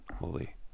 holy